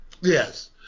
Yes